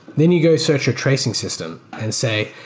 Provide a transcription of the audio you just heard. then you go search your tracing system and say,